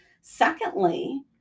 Secondly